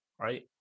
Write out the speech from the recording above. right